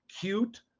cute